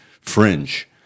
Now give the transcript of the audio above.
fringe